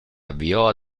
avviò